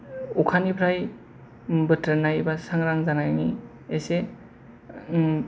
अखानिफ्राय बोथ्रोदनाय बा सांग्रां जानायनि एसे